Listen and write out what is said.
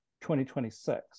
2026